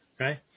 okay